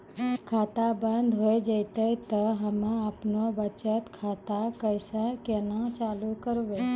खाता बंद हो जैतै तऽ हम्मे आपनौ बचत खाता कऽ केना चालू करवै?